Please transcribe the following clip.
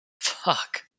Fuck